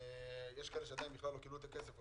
יש כאלה שעדיין לא קיבלו את הכסף.